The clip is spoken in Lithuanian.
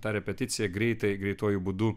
tą repeticiją greitai greituoju būdu